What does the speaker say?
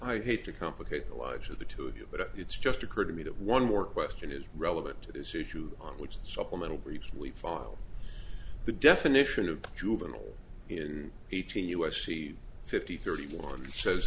i hate to complicate the lives of the two of you but it's just occurred to me that one more question is relevant to this issue on which the supplemental briefs we file the definition of juvenile in eighteen u s c fifty thirty one says